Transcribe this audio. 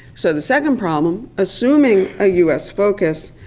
so the second problem, assuming a us focus,